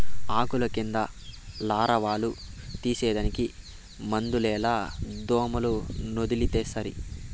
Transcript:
ఆకుల కింద లారవాలు తినేదానికి మందులేల దోమలనొదిలితే సరి